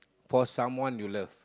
for someone you love